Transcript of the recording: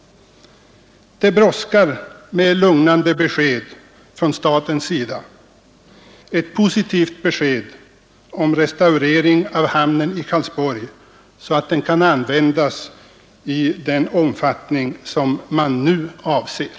Det brådskar med lugnande besked från statens sida, ett positivt besked om restaurering av hamnen i Karlsborg, så att den kan användas i den omfattning som man nu avser.